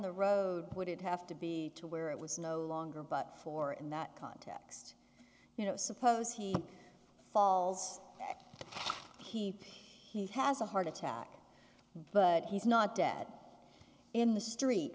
the road would it have to be to where it was no longer but for in that context you know suppose he falls back he has a heart attack but he's not dead in the street